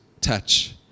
touch